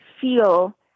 feel